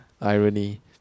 Irony